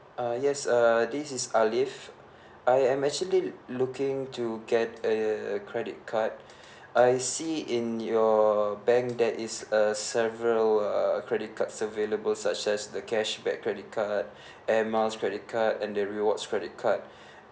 uh yes uh this is alif I am actually looking to get a credit card I see in your bank there is a several uh credit cards available such as the cashback credit card and air miles credit card and the rewards credit card